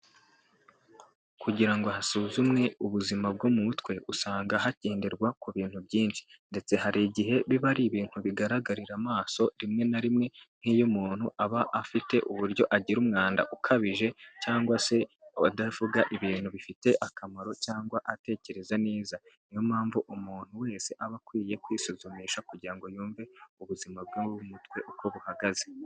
Kugira ngo hasuzumwe ubuzima bwo mu mutwe usanga hagenderwa ku bintu byinshi. Ndetse hari igihe biba ari ibintu bigaragarira amaso rimwe na rimwe nk'iyo umuntu aba afite uburyo agira umwanda ukabije cyangwa se atavuga ibintu bifite akamaro cyangwa atekereza neza. Niyo mpamvu umuntu wese aba akwiye kwisuzumisha kugira ngo yumve ubuzima bwe mu mutwe uko buhagaze.